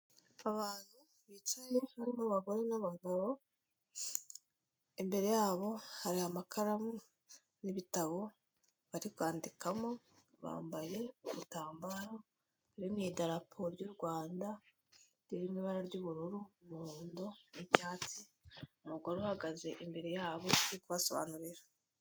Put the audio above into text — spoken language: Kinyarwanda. Abantu bicaye barimo abagore n'abagabo, imbere yabo hari amakaramu n'ibitabo bari kwandikamo, bambaye ibitambaro biri mu idaraporo ry'u Rwanda riri mu ibara ry'ubururu, umuhondo, icyatsi, umugore uhagaze imbere yabo uri kubasobanurira.